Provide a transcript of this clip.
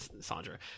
Sandra